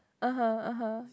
(uh huh) (uh huh)